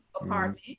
apartment